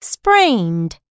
Sprained